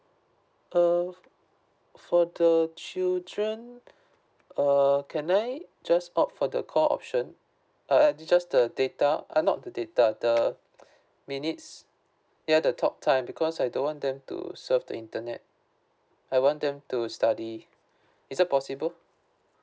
err for the chidren err can I just opt for the call option uh uh just the data ah not the data the minutes yeah the talk time because I don't want them to surf the internet I want them to study it's that possible